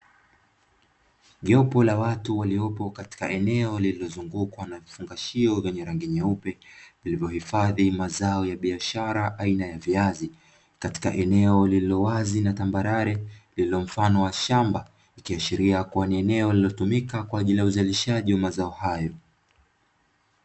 Jopo la watu waliopo katika eneo lililozungukwa na vifungashio vyenye rangi nyeupe, vilivyohifadhi mazao ya biashara aina ya viazi katika eneo lililo wazi na tambarare lililo mfano wa shamba. Ikiashiria kuwa ni eneo lililotumika kwa ajili uzalishaji wa mazao hayo.